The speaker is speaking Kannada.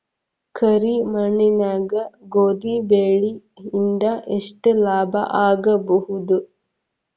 ಕರಿ ಮಣ್ಣಾಗ ಗೋಧಿ ಬೆಳಿ ಇಂದ ಎಷ್ಟ ಲಾಭ ಆಗಬಹುದ?